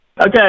Okay